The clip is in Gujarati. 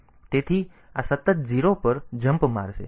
તેથી આ સતત 0 પર જમ્પ મારશે